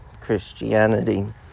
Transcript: Christianity